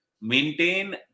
maintain